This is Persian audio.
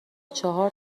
چهار